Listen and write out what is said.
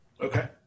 Okay